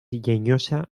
llenyosa